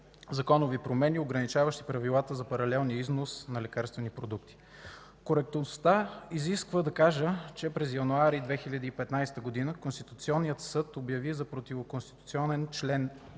законови промени, ограничаващи правилата за паралелния износ на лекарствени продукти. Коректността изисква да кажа, че през месец януари 2015 г. Конституционният съд обяви за противоконституционен чл.217в